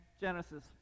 Genesis